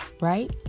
Right